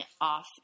off